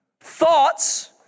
thoughts